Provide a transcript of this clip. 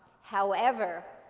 however,